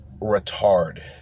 retard